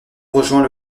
rejoint